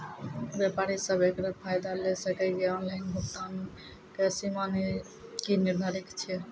व्यापारी सब एकरऽ फायदा ले सकै ये? ऑनलाइन भुगतानक सीमा की निर्धारित ऐछि?